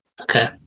Okay